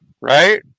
Right